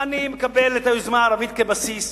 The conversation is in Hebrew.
אני מקבל את היוזמה הערבית כבסיס,